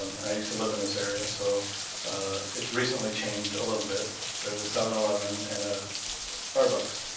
um and i used to live in this area, so it's recently changed a little bit. there's a seven eleven and a starbucks.